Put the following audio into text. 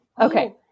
Okay